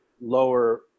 lower